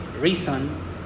reason